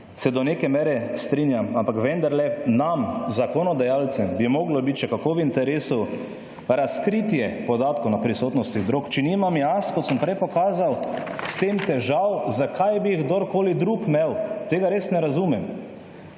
se do neke mere strinjam, ampak vendarle nam, zakonodajalcem, bi moralo biti še kako v interesu razkritje podatkov na prisotnost **71. TRAK (VI) 15.05** (Nadaljevanje) drog. Če nimam jaz, ko sem prej pokazal, s tem težav, zakaj bi jih kdorkoli drug imel. Tega res ne razumem.